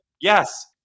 yes